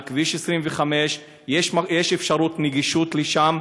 על כביש 25. יש אפשרות גישה לשם,